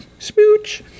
Spooch